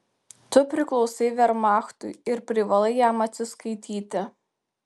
tu priklausai vermachtui ir privalai jam atsiskaityti